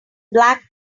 black